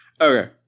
Okay